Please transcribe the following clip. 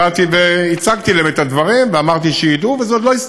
באתי והצגתי להם את הדברים ואמרתי שידעו,